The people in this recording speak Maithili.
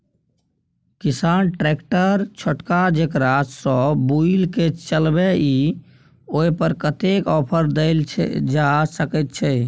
किसान ट्रैक्टर छोटका जेकरा सौ बुईल के चलबे इ ओय पर कतेक ऑफर दैल जा सकेत छै?